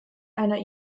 einer